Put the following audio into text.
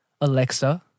Alexa